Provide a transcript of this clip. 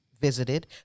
visited